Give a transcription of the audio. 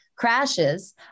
crashes